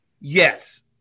Yes